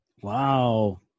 Wow